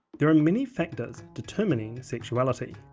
there are many factors determining sexuality,